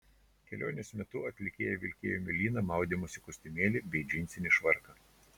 kelionės metu atlikėja vilkėjo mėlyną maudymosi kostiumėlį bei džinsinį švarką